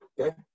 Okay